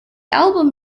album